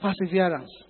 perseverance